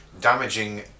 damaging